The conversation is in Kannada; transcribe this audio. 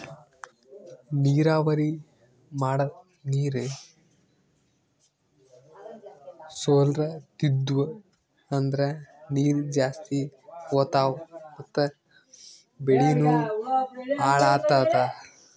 ನೀರಾವರಿ ಮಾಡದ್ ನೀರ್ ಸೊರ್ಲತಿದ್ವು ಅಂದ್ರ ನೀರ್ ಜಾಸ್ತಿ ಹೋತಾವ್ ಮತ್ ಬೆಳಿನೂ ಹಾಳಾತದ